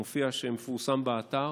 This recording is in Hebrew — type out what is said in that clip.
שמפורסם באתר,